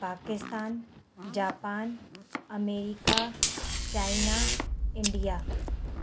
Pakistan Japan America China India